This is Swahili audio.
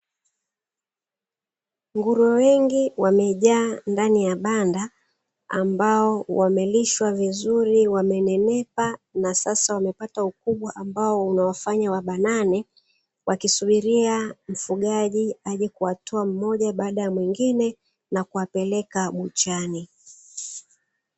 Nguruwe wengi wamejaa ndani ya banda, ambao wamelishwa vizuri wamenenepa na sasa wamepata ukubwa ambao unafanya wabanane, wakisubiria mfugaji aje kuwatoa mmoja baada ya mwingine na kuwapeleka buchani.